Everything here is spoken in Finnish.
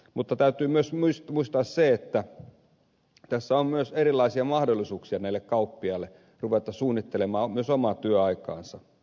mutta täytyy myös muistaa se että tässä on myös erilaisia mahdollisuuksia näille kauppiaille ruveta suunnittelemaan omaa työaikaansa